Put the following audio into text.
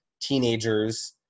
teenagers